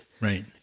right